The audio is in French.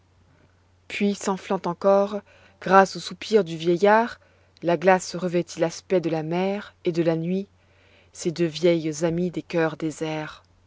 puis s'enflant encore grâce aux soupirs du vieillard la glace revêtit l'aspect de la mer et de la nuit ces deux vieilles amies des cœurs déserts